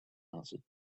answered